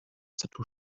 tattoo